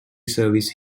service